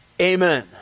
Amen